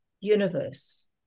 universe